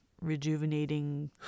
rejuvenating